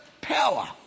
power